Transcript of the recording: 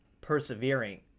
persevering